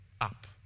up